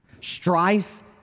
Strife